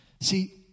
see